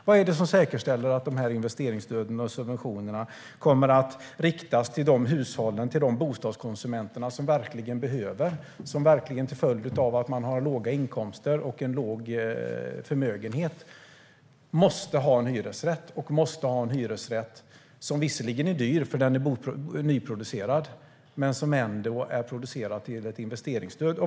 Vad är det som säkerställer att investeringsstöden och subventionerna riktas till de bostadskonsumenter som verkligen måste ha en hyresrätt till följd av att de har låga inkomster och en liten förmögenhet - en hyresrätt som visserligen är dyr eftersom den är nyproducerad, men som ändå är producerad med ett investeringsstöd?